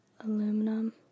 aluminum